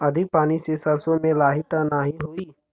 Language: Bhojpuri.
अधिक पानी से सरसो मे लाही त नाही होई?